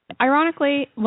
Ironically